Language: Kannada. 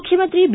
ಮುಖ್ಯಮಂತ್ರಿ ಬಿ